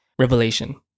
revelation